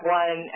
one